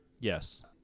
Yes